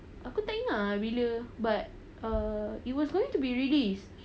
aku dengar bila but it was going to be released